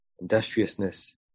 industriousness